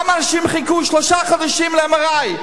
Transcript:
למה אנשים חיכו שלושה חודשים ל-MRI?